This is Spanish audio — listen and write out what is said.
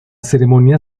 ceremonia